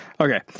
okay